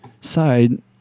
side